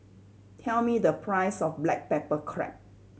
tell me the price of black pepper crab